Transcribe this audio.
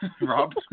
Rob